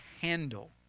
handle